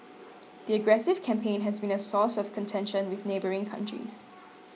the aggressive campaign has been a source of contention with neighbouring countries